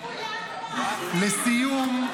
לסיום,